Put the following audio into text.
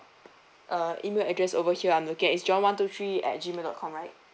uh email address over here I'm looking at is john one two three at gmail dot com right